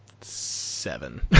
seven